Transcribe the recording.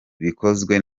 bikozwe